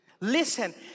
Listen